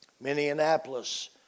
Minneapolis